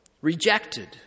rejected